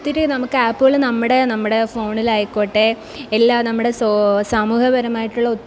ഒത്തിരി നമ്മൾക്ക് ആപ്പുകൾ നമ്മുടെ നമൂടെ ഫോണിൽ ആയിക്കോട്ടെ എല്ലാ നമ്മുടെ സാമൂഹികപരമായിട്ടുള്ള